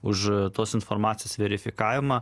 už tos informacijos verifikavimą